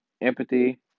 Empathy